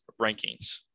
rankings